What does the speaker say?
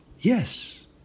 Yes